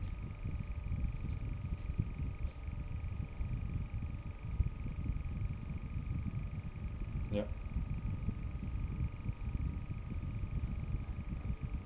yup